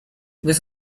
this